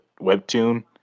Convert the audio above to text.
webtoon